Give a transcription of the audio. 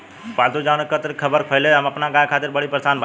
पाल्तु जानवर के कत्ल के ख़बर फैले से हम अपना गाय खातिर बड़ी परेशान बानी